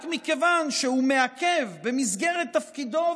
רק מכיוון שהוא מעכב במסגרת תפקידו,